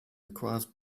requires